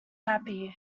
happy